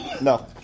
No